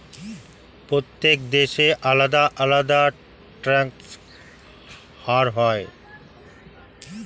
প্রত্যেক দেশে আলাদা আলাদা ট্যাক্স হার হয়